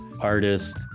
artist